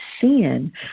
sin